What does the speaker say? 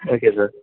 okay sir